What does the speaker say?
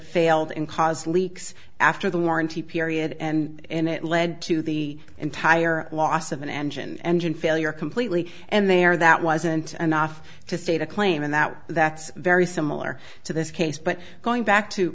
failed in caused leaks after the warranty period and it led to the entire loss of an engine engine failure completely and there that wasn't enough to state a claim in that that's very similar to this case but going back to